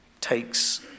takes